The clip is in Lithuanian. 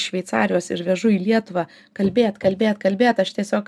šveicarijos ir vežu į lietuvą kalbėt kalbėt kalbėt aš tiesiog